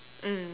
mm